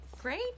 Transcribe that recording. Great